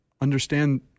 understand